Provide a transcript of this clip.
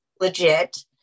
legit